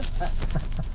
guess again